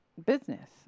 business